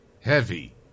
heavy